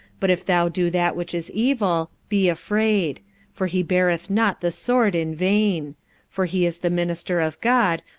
but if thou do that which is evil, be afraid for he beareth not the sword in vain for he is the minister of god,